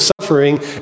suffering